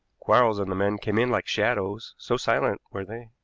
quarles and the men came in like shadows, so silent were they,